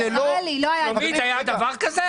היה דבר כזה?